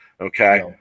okay